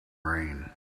rain